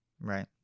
Right